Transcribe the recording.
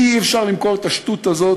לי אי-אפשר למכור את השטות הזאת,